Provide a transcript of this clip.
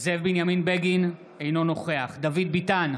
זאב בנימין בגין, אינו נוכח דוד ביטן,